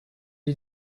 est